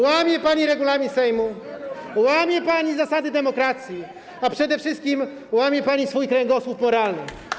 Łamie pani regulamin Sejmu, łamie pani zasady demokracji, a przede wszystkim łamie pani swój kręgosłup moralny.